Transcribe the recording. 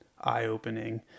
eye-opening